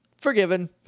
Forgiven